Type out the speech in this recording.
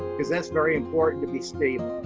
cause that's very important to be stable.